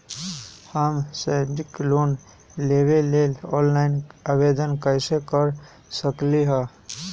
हम शैक्षिक लोन लेबे लेल ऑनलाइन आवेदन कैसे कर सकली ह?